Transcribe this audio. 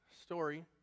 story